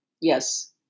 Yes